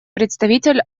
представитель